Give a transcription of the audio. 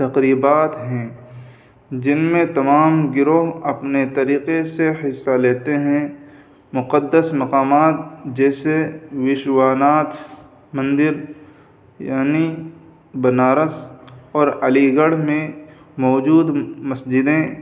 تقریبات ہیں جن میں تمام گروہ اپنے طریقے سے حصہ لیتے ہیں مقدس مقامات جیسے وشوناتھ مندر یعنی بنارس اور علی گڑھ میں موجود مسجدیں